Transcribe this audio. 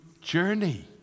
journey